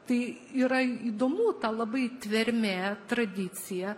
tai yra įdomu ta labai tvermė tradicija